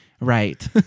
Right